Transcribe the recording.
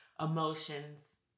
Emotions